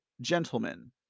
gentlemen